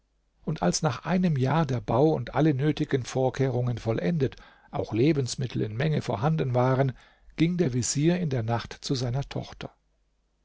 und als nach einem jahr der bau und alle nötigen vorkehrungen vollendet auch lebensmittel in menge vorhanden waren ging der vezier in der nacht zu seiner tochter